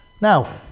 Now